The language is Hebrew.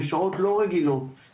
בשעות לא רגילות,